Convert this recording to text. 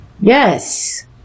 Yes